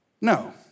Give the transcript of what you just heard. No